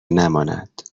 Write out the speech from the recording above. نماند